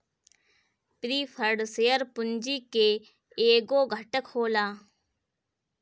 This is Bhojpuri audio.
प्रिफर्ड शेयर पूंजी के एगो घटक होला